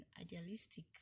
idealistic